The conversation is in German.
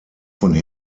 von